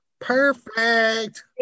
Perfect